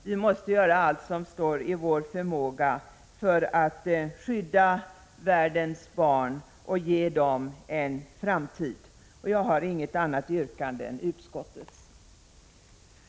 Vi måste göra allt som står i vår förmåga för att skydda världens barn och ge dem en framtid. Jag har inget annat yrkande än om bifall till utskottets hemställan.